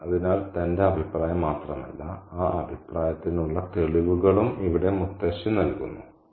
" അതിനാൽ തന്റെ അഭിപ്രായം മാത്രമല്ല ആ അഭിപ്രായത്തിനുള്ള തെളിവുകളും ഇവിടെ മുത്തശ്ശി നൽകുന്നു